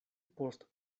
post